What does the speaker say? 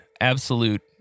absolute